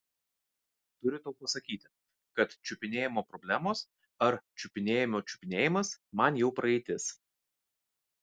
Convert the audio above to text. turiu tau pasakyti kad čiupinėjimo problemos ar čiupinėjimo čiupinėjimas man jau praeitis